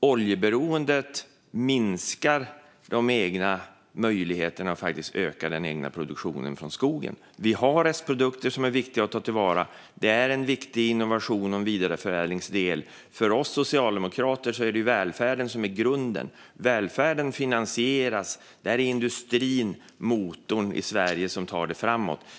Oljeberoendet minskar såklart möjligheterna att öka den egna produktionen från skogen. Vi har restprodukter som det är viktigt att ta till vara. Det är en viktig innovation och vidareförädlingsdel. För oss socialdemokrater är välfärden grunden. För att välfärden ska finansieras är industrin i Sverige motorn som tar det framåt.